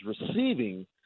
receiving